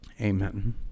Amen